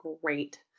great